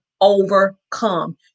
overcome